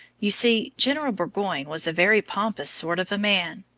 you see general burgoyne was a very pompous sort of a man,